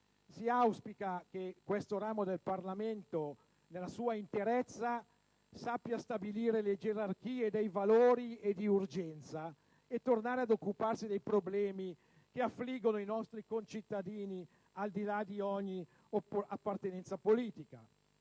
Si auspica che questo ramo del Parlamento nella sua interezza sappia stabilire la gerarchia dei valori e le urgenze e tornare quindi ad occuparsi dei problemi che affliggono i nostri concittadini al di là di ogni appartenenza politica.